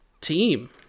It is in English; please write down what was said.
team